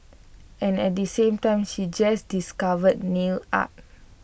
and at the same time she just discovered nail art